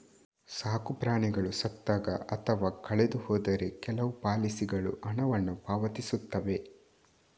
ಸಾಕು ಪ್ರಾಣಿಗಳು ಸತ್ತಾಗ ಅಥವಾ ಕಳೆದು ಹೋದರೆ ಕೆಲವು ಪಾಲಿಸಿಗಳು ಹಣವನ್ನು ಪಾವತಿಸುತ್ತವೆ